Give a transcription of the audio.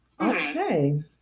Okay